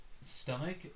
stomach